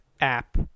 app